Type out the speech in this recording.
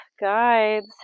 guides